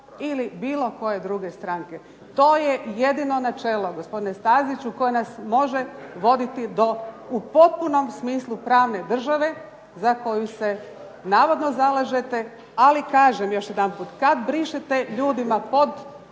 ili bilo koje druge stranke. To je jedino načelo gospodine Staziću koje nas može voditi do u potpunom smislu pravne države, za koju se navodno zalažete, ali kažem još jedanput kada brišete ljudima pod,